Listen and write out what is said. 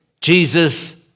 Jesus